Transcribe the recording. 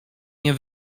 nie